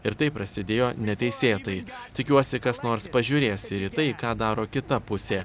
ir tai prasidėjo neteisėtai tikiuosi kas nors pažiūrės ir į tai ką daro kita pusė